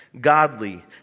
godly